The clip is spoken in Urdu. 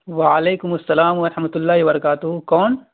وعلیکم السلام ورحمۃ اللہ برکاتہ کون